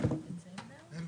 ונתחדשה בשעה 13:45.